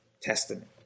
Testament